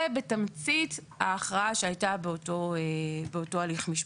זה בתמצית ההכרעה שהייתה באותו הליך משפטי.